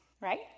right